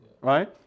Right